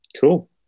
Cool